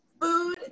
food